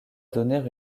donner